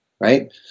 Right